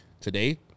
Today